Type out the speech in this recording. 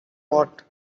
what